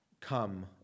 come